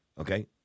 Okay